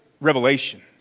revelation